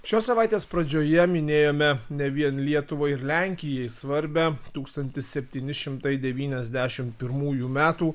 šios savaitės pradžioje minėjome ne vien lietuvai ir lenkijai svarbią tūkstantis septyni šimtai devyniasdešimt pirmųjų metų